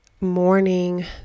morning